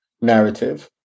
narrative